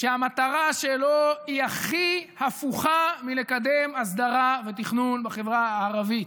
שהמטרה שלו היא הכי הפוכה מלקדם הסדרה ותכנון בחברה הערבית.